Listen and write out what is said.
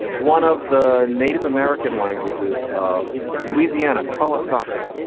one of the native american languages of louisiana, colores sarti,